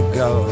go